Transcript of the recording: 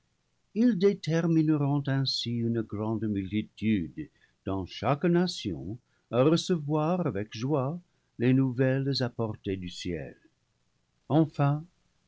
ils détermineront ainsi une grande multi tude dans chaque nation à recevoir avec joie les nouvelles apportées du ciel enfin